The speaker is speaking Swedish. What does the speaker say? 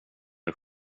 dig